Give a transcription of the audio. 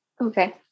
Okay